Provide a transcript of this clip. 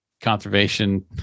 Conservation